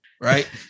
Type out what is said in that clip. right